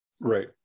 Right